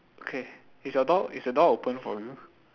okay is your door is the door open for you